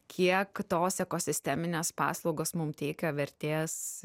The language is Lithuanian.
kiek tos ekosisteminės paslaugos mum teikia vertės